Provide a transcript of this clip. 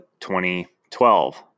2012